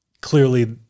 clearly